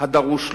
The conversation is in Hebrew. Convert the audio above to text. הדרוש לו.